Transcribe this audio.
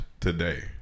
today